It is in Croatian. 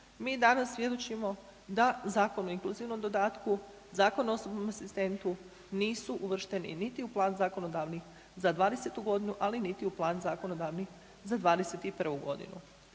i danas svjedočimo da Zakon o inkluzivnom dodatku, Zakon o osobnom asistentu nisu uvršteni niti u plan zakonodavni za '20.-tu godinu, ali niti plan zakonodavni za '21. godinu.